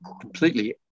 completely